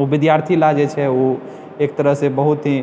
ओ विद्यार्थी लए जे छै ओ एक तरह से बहुत ही